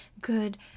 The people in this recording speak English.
good